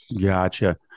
Gotcha